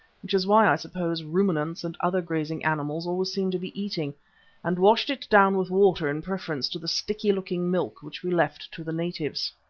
which is why i suppose ruminants and other grazing animals always seem to be eating and washed it down with water in preference to the sticky-looking milk which we left to the natives.